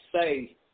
say